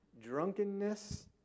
drunkenness